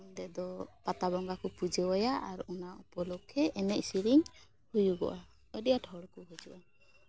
ᱚᱸᱰᱮ ᱫᱚ ᱯᱟᱛᱟ ᱵᱚᱸᱜᱟ ᱠᱚ ᱯᱩᱡᱟᱹᱣᱟᱭᱟ ᱟᱨ ᱚᱱᱟ ᱩᱯᱚᱞᱚᱠᱠᱷᱮ ᱮᱱᱮᱡ ᱥᱮᱨᱮᱧ ᱦᱩᱭᱩᱜᱚᱜᱼᱟ ᱟᱹᱰᱤ ᱟᱸᱴ ᱦᱚᱲ ᱠᱚ ᱦᱤᱡᱩᱜᱼᱟ